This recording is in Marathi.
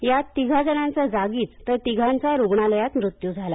यात तिघा जणांचा जागीच तर तिघांचा रुग्णालयात मृत्यू झाला